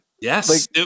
Yes